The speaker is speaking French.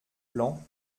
plan